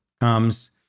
comes